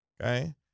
okay